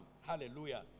Hallelujah